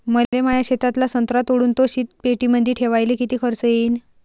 मले माया शेतातला संत्रा तोडून तो शीतपेटीमंदी ठेवायले किती खर्च येईन?